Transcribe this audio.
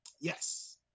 Yes